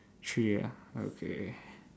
three ah okay